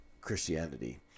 Christianity